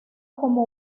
como